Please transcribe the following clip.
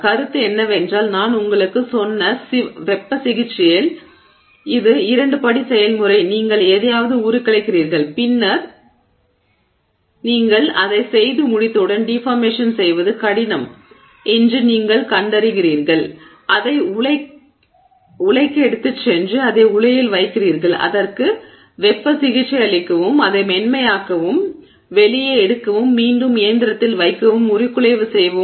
கருத்து என்னவென்றால் நான் உங்களுக்குச் சொன்ன வெப்ப சிகிச்சையில் இது 2 படி செயல்முறை நீங்கள் எதையாவது உருக்குலைக்கிறீர்கள் பின்னர் நீங்கள் அதை செய்து முடித்தவுடன் டிஃபார்மேஷன் செய்வது கடினம் என்று நீங்கள் கண்டறிகிறீர்கள் அதை உலைக்கு எடுத்துச் சென்று அதை உலையில் வைக்கிறீர்கள் அதற்கு வெப்ப சிகிச்சையளிக்கவும் அதை மென்மையாக்கவும் வெளியே எடுக்கவும் மீண்டும் இயந்திரத்தில் வைக்கவும் உருக்குலைவு செய்யவும்